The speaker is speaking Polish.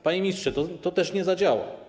Panie ministrze, to też nie zadziała.